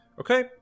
Okay